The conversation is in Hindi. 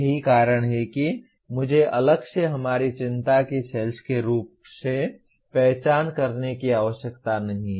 यही कारण है कि मुझे अलग से हमारी चिंता की सेल्स के रूप में पहचान करने की आवश्यकता नहीं है